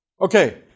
okay